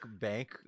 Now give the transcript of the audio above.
bank